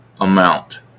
amount